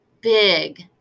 big